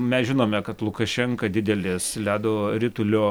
mes žinome kad lukašenka didelis ledo ritulio